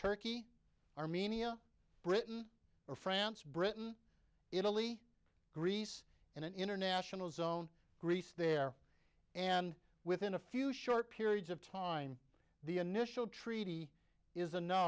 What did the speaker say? turkey armenia britain or france britain italy greece in an international zone greece there and within a few short periods of time the initial treaty is a no